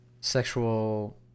sexual